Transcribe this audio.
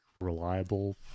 reliable